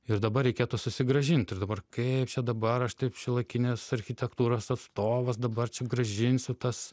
ir dabar reikėtų susigrąžint ir dabar kaip čia dabar aš taip šiuolaikinės architektūros atstovas dabar čia grąžinsiu tas